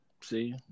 See